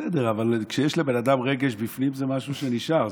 בסדר, אבל כשיש לבן אדם רגש בפנים, זה משהו שנשאר.